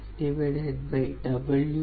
632 0